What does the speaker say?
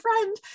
friend